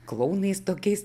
klounais tokiais